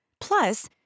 Plus